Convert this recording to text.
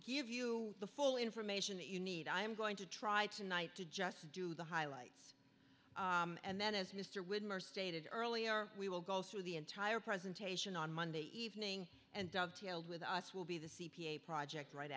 give you the full information that you need i am going to try tonight to just do the highlights and then as mr widmer stated earlier we will go through the entire presentation on monday evening and dovetailed with us will be the c p a project right